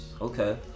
okay